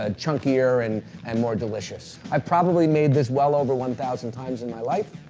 ah chunkier and and more delicious. i've probably made this well over one thousand times in my life.